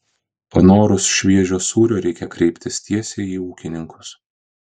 panorus šviežio sūrio reikia kreiptis tiesiai į ūkininkus